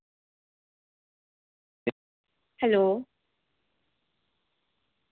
hello